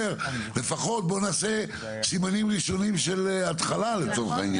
לפחות בואו נעשה סימנים ראשונים של התחלה לצורך העניין.